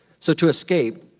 so to escape,